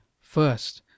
First